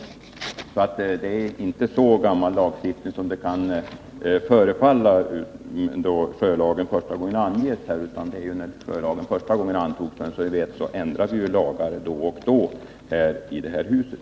Det är alltså inte fråga om en så gammal lagstiftning som det kan förefalla om man utgår från uppgiften om när lagen ursprungligen infördes. Som bekant ändrar vi ju då och då lagar i det här huset.